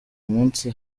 munsi